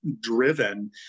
driven